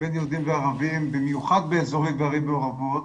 בין יהודים וערבים במיוחד באזורי ערים מעורבות,